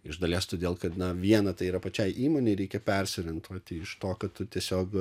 iš dalies todėl kad na vieną tai yra pačiai įmonei reikia persiorientuoti iš to kad tu tiesiog